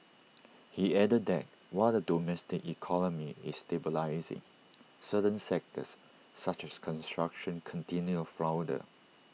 he added that while the domestic economy is stabilising certain sectors such as construction continue flounder